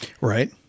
Right